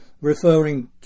referring